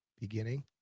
beginning